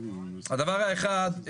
הדבר האחד,